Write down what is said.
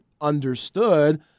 understood